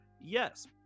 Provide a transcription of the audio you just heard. Yes